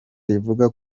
rivuga